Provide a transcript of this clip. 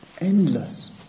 endless